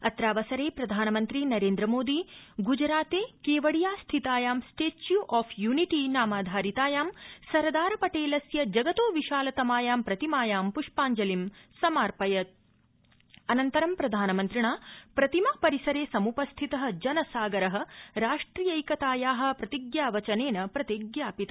अत्रावसरे प्रधानमन्त्री Narendra Modi ग्जराते Kevadia स्थितायां statue of unity नामाधारितायां Sardar पटेलस्य जगतो विशालतमायों प्रतिमायों पुष्पांजलिं समार्षयत अनन्तर्र प्रधानमन्त्रिणा प्रतिमा परिसरे समुपस्थित जनसागर राष्ट्रियैकताया प्रतिज्ञावचनेन प्रतिज्ञापित